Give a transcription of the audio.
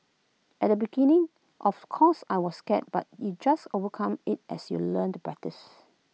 at the beginning of course I was scared but you just overcome IT as you learn and practice